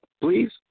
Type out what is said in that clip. please